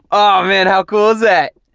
oh man. how cool is that?